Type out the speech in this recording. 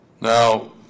Now